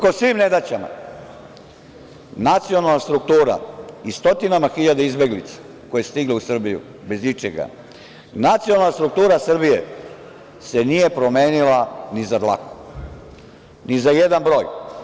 Uprkos svim nedaćama, nacionalna struktura i stotine hiljada izbeglica koje su stigle u Srbiju, bez ičega, nacionalna struktura Srbije se nije promenila ni za dlaku, ni za jedan broj.